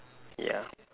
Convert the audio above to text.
ya